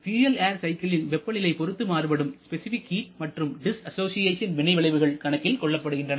fuel air சைக்கிள்களில் வெப்பநிலை பொறுத்து மாறுபடும் ஸ்பெசிபிக் ஹீட் மற்றும் டிஸ்அசோஷியேஷன் வினை விளைவுகள் கணக்கில் கொள்ளப்படுகின்றன